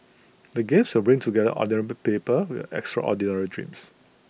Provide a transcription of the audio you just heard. the games will bring together ordinary the people with extraordinary dreams